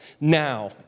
now